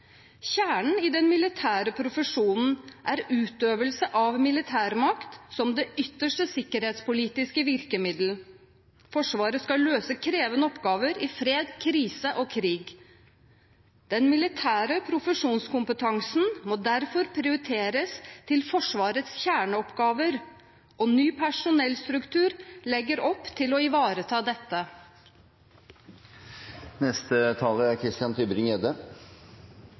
Kjernen i den militære profesjonen er utøvelse av militærmakt som det ytterste sikkerhetspolitiske virkemiddel. Forsvaret skal løse krevende oppgaver i fred, krise og krig. Den militære profesjonskompetansen må derfor prioriteres til Forsvarets kjerneoppgaver. Ny personellstruktur legger opp til å ivareta dette. Forsvarets personellbehov er